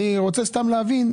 אני רוצה להבין,